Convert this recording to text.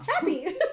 Happy